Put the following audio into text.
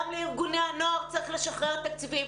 גם לארגוני הנוער צריך לשחרר תקציבים.